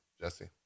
Jesse